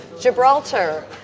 Gibraltar